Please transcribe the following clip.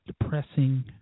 depressing